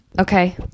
Okay